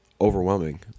overwhelming